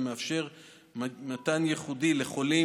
המאפשר מתן טיפול ייחודי לחולים,